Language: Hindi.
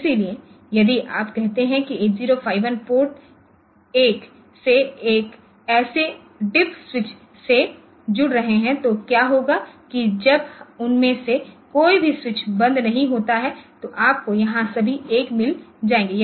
इसलिए यदि आप कहते हैं कि 8051 पोर्ट 1 से एक ऐसे डीआईपी स्विच से जुड़ रहे हैं तो क्या होगा कि जब उनमें से कोई भी स्विच बंद नहीं होता है तो आपको यहां सभी 1 मिल जाएंगे